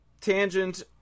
Tangent